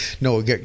no